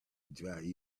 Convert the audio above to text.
dry